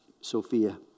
Sophia